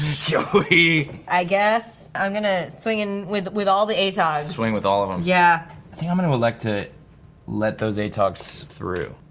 joey. ah i guess i'm gonna swing and with with all the atogs. swing with all of them. yeah. i think i'm gonna elect to let those atogs through.